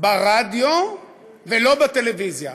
ברדיו ולא בטלוויזיה.